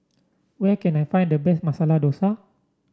where can I find the best Masala Dosa